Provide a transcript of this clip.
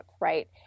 right